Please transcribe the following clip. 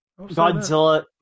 Godzilla